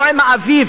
לא עם האביב,